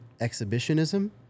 exhibitionism